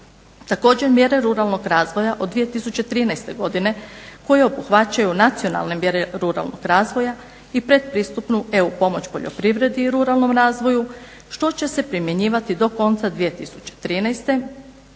Također mjere ruralnog razvoja od 2013. godine koje obuhvaćaju nacionalne mjere ruralnog razvoja i pretpristupnu EU pomoć poljoprivredi i ruralnom razvoju, što će se primjenjivati do konca 2013., te